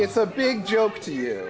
it's a big joke to you